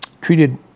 treated